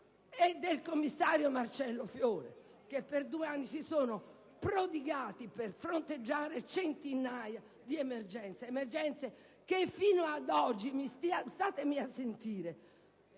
e del commissario Marcello Fiori che, in due anni, si sono prodigati per fronteggiare centinaia di emergenze. Emergenze che, fino ad oggi, sono state